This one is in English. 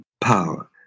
power